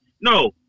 No